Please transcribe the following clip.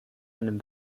einem